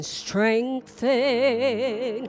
strengthen